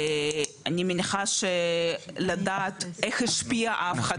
אני מניחה שלדעת איך השפיעה ההחלטה.